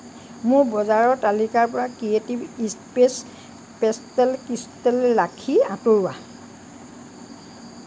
মোৰ বজাৰৰ তালিকাৰ পৰা creative space pastel crystal Rakhi আঁতৰোৱা